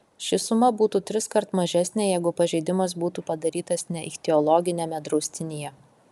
ši suma būtų triskart mažesnė jeigu pažeidimas būtų padarytas ne ichtiologiniame draustinyje